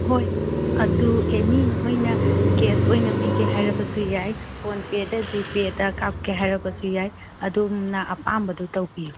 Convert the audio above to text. ꯍꯣꯏ ꯑꯗꯨ ꯑꯦꯅꯤ ꯅꯈꯣꯏꯅ ꯀꯦꯁ ꯑꯣꯏꯅ ꯄꯤꯒꯦ ꯍꯥꯏꯔꯕꯁꯨ ꯌꯥꯏ ꯐꯣꯟ ꯄꯦꯗ ꯖꯤꯄꯤꯗ ꯀꯥꯞꯀꯦ ꯍꯥꯏꯔꯕꯁꯨ ꯌꯥꯏ ꯑꯗꯣꯝꯅ ꯑꯄꯥꯝꯕꯗꯨ ꯇꯧꯕꯤꯌꯨ